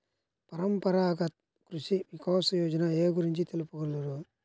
పరంపరాగత్ కృషి వికాస్ యోజన ఏ గురించి తెలుపగలరు?